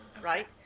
right